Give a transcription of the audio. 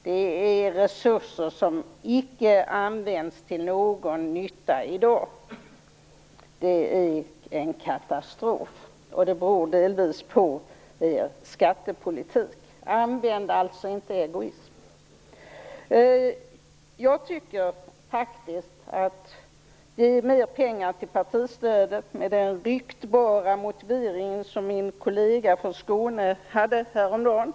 Det innebär resurser som inte används till någon nytta i dag. Det är en katastrof, och det beror delvis på er skattepolitik. Använd alltså inte ordet egoism i det här sammanhanget. Ni vill ge mer pengar till partistödet med den ryktbara motiveringen som min kollega från Skåne angav häromdagen.